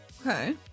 Okay